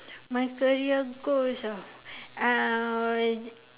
my career goals ah